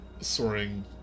soaring